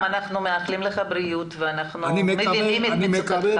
אנחנו מאחלים לך בריאות ואנחנו מבינים את מצוקתך.